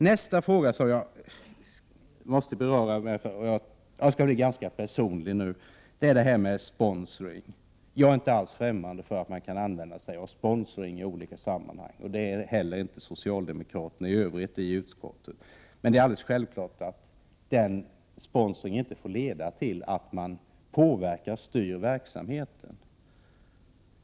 Nästa fråga som jag måste beröra, och jag skall bli ganska personlig, gäller sponsring. Jag är inte alls ffrämmande för användning av sponsring i olika sammanhang och det är heller inte socialdemokraterna i övrigt i utskottet. Men det är alldeles självklart att sponsringen inte får leda till att verksamheten påverkas och styrs.